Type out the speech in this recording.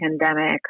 pandemic